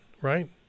right